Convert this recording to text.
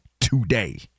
today